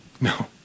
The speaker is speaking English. No